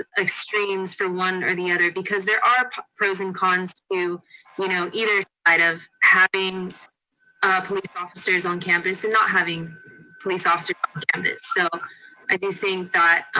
extremes for one or the other, because there are pros and cons to you know either side of having police officers on campus, and not having police officers so i do think that,